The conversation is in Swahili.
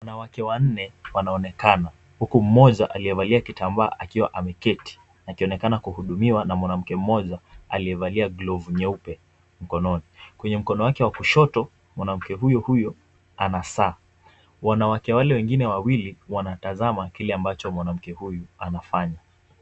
Wanawake wanne wanaonekana huku mmoja aliyevalia kitambaa akiwa ameketi akionekana kuhudumiwa na mwanamke mmoja aliyevalia glovu nyeupe mkononi. Kwenye mkono wake wa kushoto mwanamke huyo huyo ana saa. Wanawake wale wengine wawili wanatazama kile ambacho mwanamke huyu anafanya.